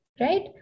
Right